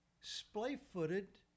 splay-footed